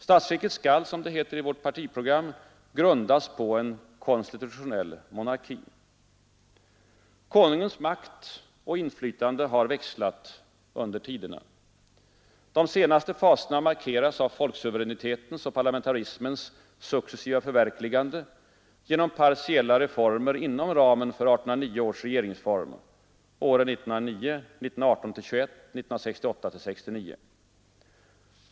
Statsskicket skall — som det heter i vårt partiprogram grundas på en konstitutionell monarki. Konungens makt och inflytande har växlat under tiderna. De senaste faserna markeras av folksuveränitetens och parlamentarismens successiva förverkligande genom partiella reformer inom ramen för 1809 års regeringsform åren 1909, 1918—1921 och 1968-1969.